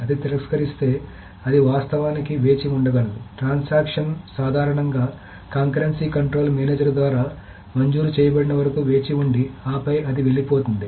అది తిరస్కరిస్తే అది వాస్తవానికి వేచి ఉండగలదు ట్రాన్సాక్షన్ సాధారణంగా కాంకరెన్సీ కంట్రోల్ మేనేజర్ ద్వారా మంజూరు చేయబడిన వరకు వేచి ఉండి ఆపై అది వెళ్లిపోతుంది